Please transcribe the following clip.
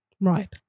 Right